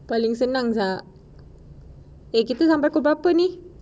paling senang eh kita sampai pukul berapa ni